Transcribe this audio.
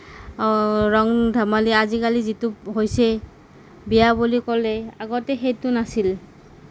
ৰং ধেমালি আজিকালি যিটো হৈছে বিয়া বুলি ক'লে আগতে সেইটো নাছিল